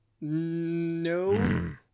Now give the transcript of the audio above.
No